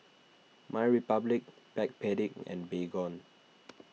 MyRepublic Backpedic and Baygon